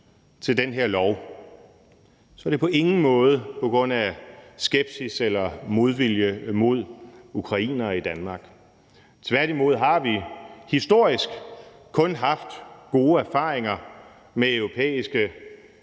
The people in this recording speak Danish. til det her lovforslag, er det på ingen måde på grund af skepsis eller modvilje mod ukrainere i Danmark. Tværtimod har vi historisk kun haft gode erfaringer med europæiske